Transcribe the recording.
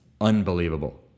unbelievable